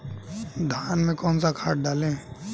धान में कौन सा खाद डालें?